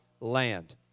land